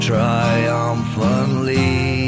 triumphantly